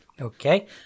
Okay